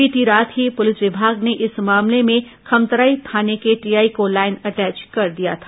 बीती रात ही पूलिस विभाग ने इस मामले में खमतराई थाने के टीआई को लाइन अटैच कर दिया था